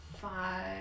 Five